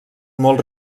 molt